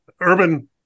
urban